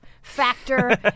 Factor